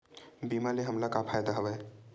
बीमा ले हमला का फ़ायदा हवय?